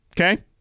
Okay